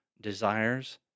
desires